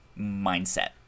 mindset